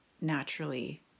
naturally